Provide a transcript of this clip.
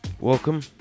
welcome